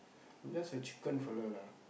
I'm just a chicken fella lah